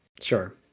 Sure